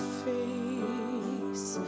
face